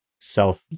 self